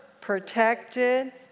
protected